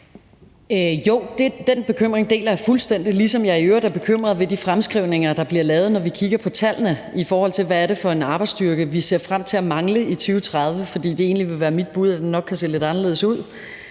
Jo, den bekymring deler jeg fuldstændig, ligesom jeg i øvrigt er bekymret ved de fremskrivninger, der bliver lavet, når vi kigger på tallene, i forhold til hvad det er for en arbejdsstyrke, som vi ser frem til at mangle i 2030. For det vil egentlig være mit bud, at det godt kan se lidt anderledes ud,